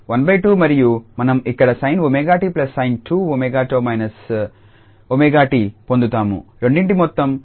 12 మరియు మనం ఇక్కడ sin𝜔𝑡sin2𝜔𝜏−𝜔𝑡 పొందుతాము రెండింటి మొత్తం